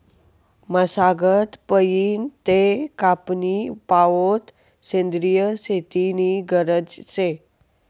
मशागत पयीन ते कापनी पावोत सेंद्रिय शेती नी गरज शे